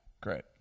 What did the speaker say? Great